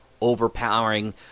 overpowering